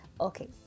Okay